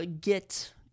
get